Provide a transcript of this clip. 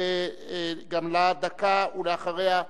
גם לה דקה, ואחריה,